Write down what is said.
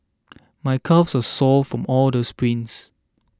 my calves are sore from all the sprints